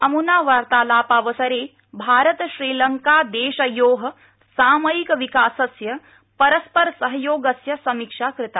अमुना वार्तालापावसरे भारतश्रीलंकादेशयो सामयिकविकासस्य परस्परसहयोगस्य समीक्षा कृता